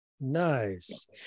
Nice